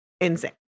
insane